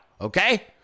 okay